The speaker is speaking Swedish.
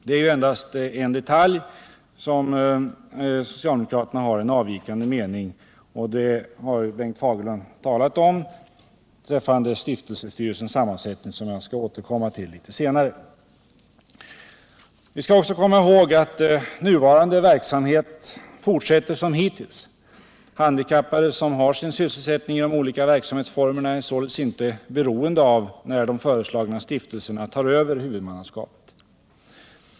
Det är endast en detalj där socialdemokraterna har en avvikande mening. Bengt Fagerlund har talat om det, och det gäller stiftelsestyrelsens sammansättning. Jag skall återkomma till det senare. Vi skall också komma ihåg att nuvarande verksamhet fortsätter som hittills. Handikappade som har sin sysselsättning i de olika verksamhetsformerna är således inte beroende av när de föreslagna stiftelserna tar över huvudmannaskapet.